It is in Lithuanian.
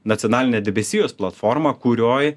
nacionalinę debesijos platformą kurioj